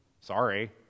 Sorry